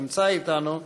נמצא אתנו.